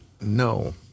no